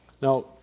Now